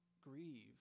grieve